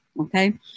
okay